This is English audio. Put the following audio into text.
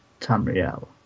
Tamriel